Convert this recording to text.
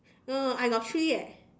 no no I got three eh